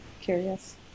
Curious